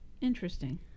Interesting